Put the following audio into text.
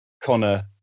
Connor